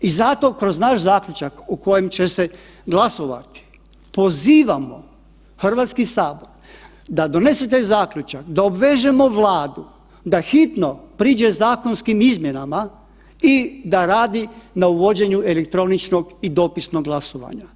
I zato kroz naš zaključak u kojem će se glasovati pozivamo HS da donese taj zaključak da obvežemo Vladu da hitno priđe zakonskim izmjenama i da radi na uvođenju elektroničkog i dopisnog glasovanja.